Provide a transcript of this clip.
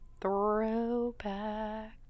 Throwback